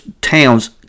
towns